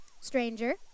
Stranger